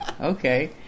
okay